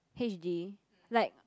H_D like